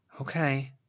Okay